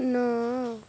ନଅ